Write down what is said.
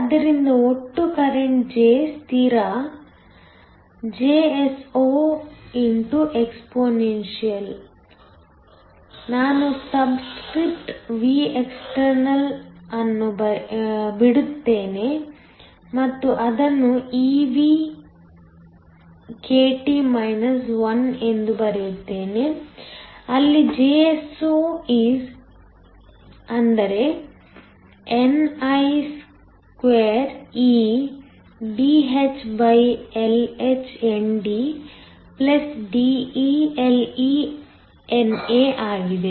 ಆದ್ದರಿಂದ ಒಟ್ಟು current J ಸ್ಥಿರ Jso x exp ನಾನು ಸಬ್ಸ್ಕ್ರಿಪ್ಟ್ Vext ಅನ್ನು ಬಿಡುತ್ತೇನೆ ಮತ್ತು ಅದನ್ನು eV kT 1 ಎಂದು ಬರೆಯುತ್ತೇನೆ ಅಲ್ಲಿ Jso is ni2eDhLhNDDeLeNA ಆಗಿದೆ